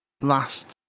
last